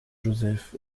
joseph